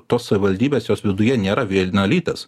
tos savivaldybės jos viduje nėra vienalytės